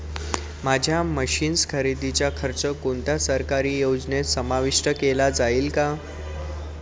माझ्या मशीन्स खरेदीचा खर्च कोणत्या सरकारी योजनेत समाविष्ट केला जाईल का?